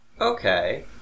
Okay